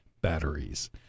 batteries